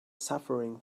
suffering